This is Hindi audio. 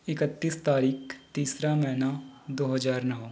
इकत्तीस तारीख तीसरा महीना दो हज़ार नौ